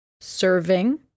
serving